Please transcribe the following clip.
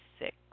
six